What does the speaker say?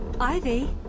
Ivy